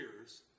years